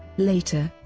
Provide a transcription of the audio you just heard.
later,